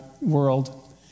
world